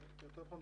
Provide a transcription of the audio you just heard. או יותר נכון,